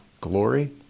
glory